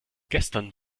gestern